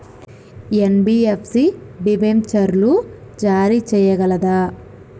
NBFC డిబెంచర్లు జారీ చేయగలదా?